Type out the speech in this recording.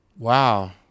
Wow